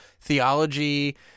theology